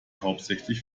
hauptsächlich